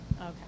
Okay